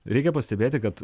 reikia pastebėti kad